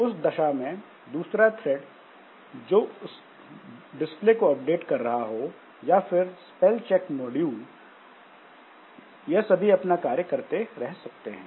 उस दशा में दूसरा थ्रेड जो डिस्प्ले को अपडेट कर रहा हो या फिर स्पेल चेक मॉड्यूल यह सभी अपना कार्य करते रह सकते हैं